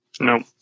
No